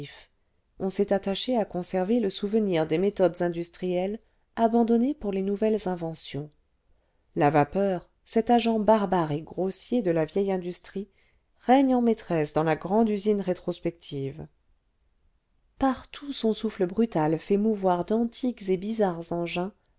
on s'est attaché à conserver le souvenu des méthodes industrielles abandonnées pour les nouvelles inventions la vapeur cet agent barbare et grossier de la vieille industrie règne en maîtresse dans la grande usine rétrospective partout son souffle brutal fait mouvoir d'antiques et bizarres engins